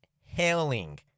Hailing